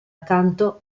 accanto